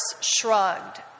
Shrugged